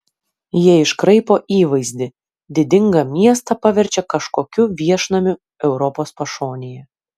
jie iškraipo įvaizdį didingą miestą paverčia kažkokiu viešnamiu europos pašonėje